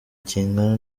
kingana